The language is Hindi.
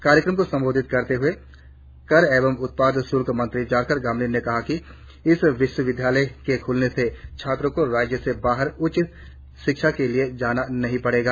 कार्यक्रम को संबोधित करते हुए कर एवं उत्पाद शुल्क मंत्री जारकर गामलिन ने कहा कि इस विश्वविद्यालय के खुलने से छात्र को राज्य से बाहर उच्च शिक्षा के लिए जाना नही पड़ॆगा